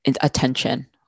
attention